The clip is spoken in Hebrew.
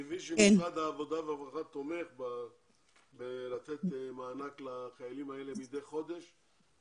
אני מבין שמשרד העבודה והרווחה תומך בלתת מענק לחיילים האלה מדי חודש?